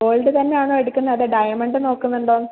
gold തന്നെ ആണോ എടുക്കുന്നത് അതോ ഡയമണ്ട് നോക്കുന്നുണ്ടോ